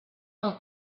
was